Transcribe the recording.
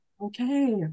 okay